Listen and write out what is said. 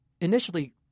initially